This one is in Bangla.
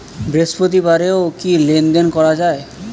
বৃহস্পতিবারেও কি লেনদেন করা যায়?